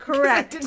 Correct